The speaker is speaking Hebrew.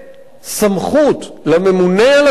סמכות לממונה על הגבולות.